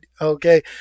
Okay